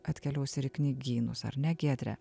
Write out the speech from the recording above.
atkeliaus ir į knygynus ar ne giedre